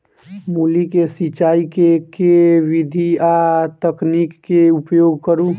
मूली केँ सिचाई केँ के विधि आ तकनीक केँ उपयोग करू?